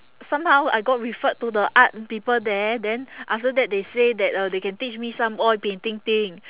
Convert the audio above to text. somehow I got referred to the art people there then after that they say that uh they can teach me some oil painting thing